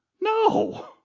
No